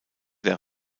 der